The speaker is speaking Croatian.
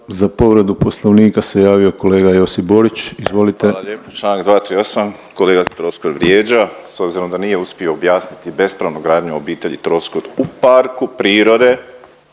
Za povredu Poslovnika se javio kolega Josip Borić, izvolite. **Borić, Josip (HDZ)** Hvala lijepo. Članak 238. Kolega Troskot vrijeđa. S obzirom da nije uspio objasniti bespravnu gradnju obitelji Troskot u parku prirode